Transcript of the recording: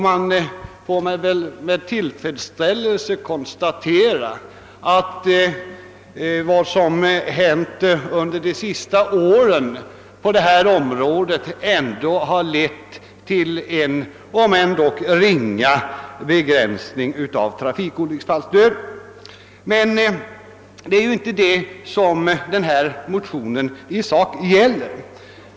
Man får väl med tillfredsställelse konstatera att vad som hänt på detta område under de senaste åren lett till en — om än ringa — begränsning av trafikolycksfallsdöden. Men det är inte detta som motionsparet i sak gäller.